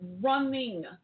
running